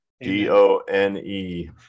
D-O-N-E